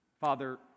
Father